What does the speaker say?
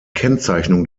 kennzeichnung